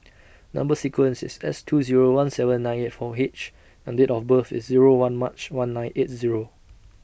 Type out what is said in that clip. Number sequence IS S two Zero one seven nine eight four H and Date of birth IS Zero one March one nine eight Zero